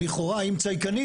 לכאורה אם צייקנים,